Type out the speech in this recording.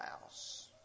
house